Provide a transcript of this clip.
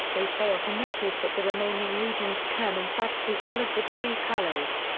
they fail to notice that the remaining regions can in fact be colored with three colors.